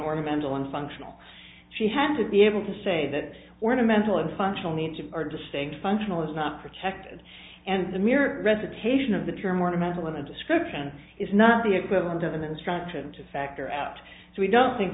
ornamental and functional she had to be able to say that ornamental and functional need to are distinct functional is not protected and the mere recitation of the term ornamental in the description is not the equivalent of an instruction to factor out so we don't think